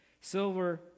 Silver